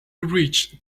reached